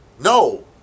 No